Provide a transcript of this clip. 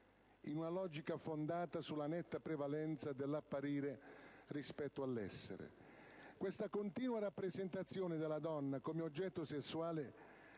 in una logica fondata sulla netta prevalenza dell'apparire rispetto all'essere. Questa continua rappresentazione della donna come oggetto sessuale